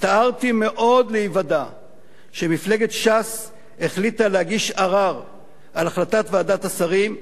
הצטערתי מאוד להיוודע שמפלגת ש"ס החליטה להגיש ערר על החלטת ועדת השרים,